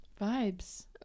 Vibes